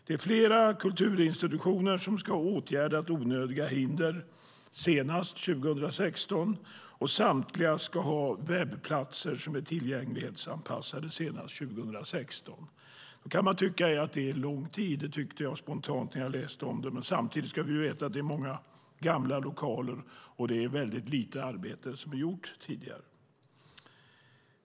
Det är flera kulturinstitutioner som ska ha åtgärdat onödiga hinder senast 2016, och samtliga ska ha webbplatser som är tillgänglighetsanpassade senast 2016. Det kan tyckas vara en lång tid; det tyckte jag spontant när jag läste om det. Men samtidigt ska vi veta att det är många gamla lokaler, och det är väldigt lite som är gjort tidigare.